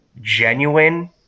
genuine